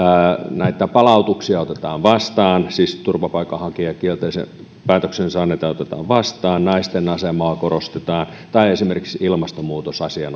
näitä palautuksia otetaan vastaan siis turvapaikanhakijan kielteisen päätöksen saaneita otetaan vastaan naisten asemaa korostetaan tai esimerkiksi ilmastonmuutosasia